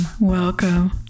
Welcome